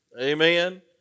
Amen